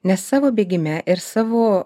nes savo bėgime ir savo